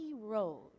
road